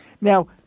Now